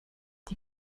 die